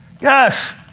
yes